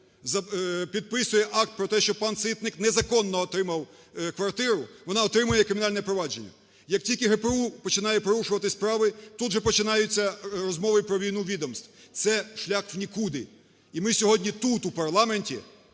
підписує акт про те, що пан Ситник незаконно отримав квартиру, вона отримує кримінальне провадження. Як тільки ГПУ починає порушувати справи, тут же починаються розмови про війну відомств – це шлях в нікуди. І ми сьогодні тут, у парламенті,